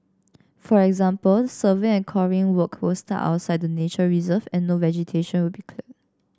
for example survey and coring work will start outside the nature reserve and no vegetation will be cleared